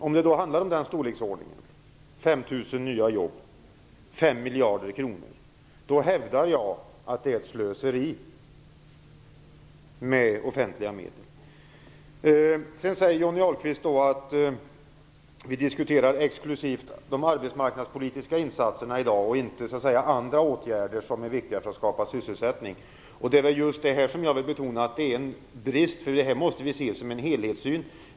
Om det då handlar om den storleksordningen - 5 000 nya jobb och 5 miljarder kronor - hävdar jag att det är ett slöseri med offentliga medel. Johnny Ahlqvist säger att vi i dag diskuterar exklusivt de arbetsmarknadspolitiska insatserna och inte andra åtgärder som är viktiga för att skapa sysselsättning. Jag vill betona att just det är en brist. Här måste vi ha en helhetssyn.